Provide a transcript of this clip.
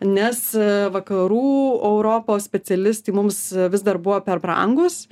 nes vakarų europos specialistai mums vis dar buvo per brangūs